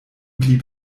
blieb